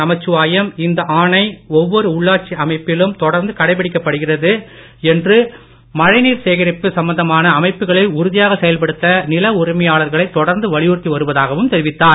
நமச்சிவாயம் இந்த ஆணை ஒவ்வொரு உள்ளாட்சி அமைப்பிலும் தொடர்ந்து கடைபிடிக்கப்படுகிறது என்றும் மழைநீர் சேகரிப்பு சம்மந்தமான அமைப்புகளை உறுதியாக செயல்படுத்த நில உரிமையாளர்களை தொடர்ந்து வலியுறுத்தி வருவதாகவும் தெரிவித்தார்